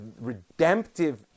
redemptive